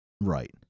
right